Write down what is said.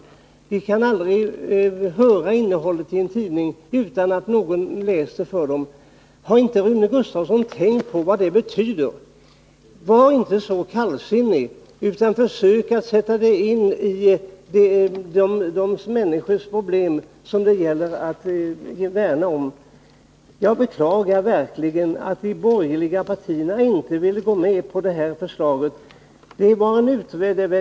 Har inte Rune Gustavsson tänkt på vad det betyder för dem att aldrig kunna höra innehållet i en tidning om inte någon läser för dem? Rune Gustavsson bör inte vara så kallsinnig, utan försöka sätta sig in i problemen för de människor som det gäller att värna om. Jag beklagar verkligen att de borgerliga partierna inte vill gå med på det här förslaget.